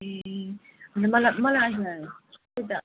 ए मलाई मलाई हजुर त्यही त